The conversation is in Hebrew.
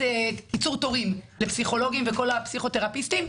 קיצור תורים לפסיכולוגים ופסיכותרפיסטים.